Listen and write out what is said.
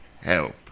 help